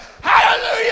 Hallelujah